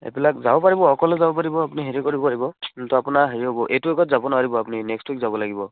এইবিলাক যাব পাৰিব অকলে যাব পাৰিব আপুনি হেৰি কৰিব পাৰিব কিন্তু আপোনৰ হেৰি হ'ব এইটো ৱিকত যাব নোৱাৰিব আপুনি নেক্সট ৱিক যাব লাগিব